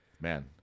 Man